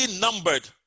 numbered